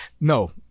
no